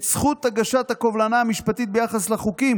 את זכות הגשת הקובלנה המשפטית ביחס לחוקים